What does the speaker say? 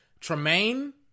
Tremaine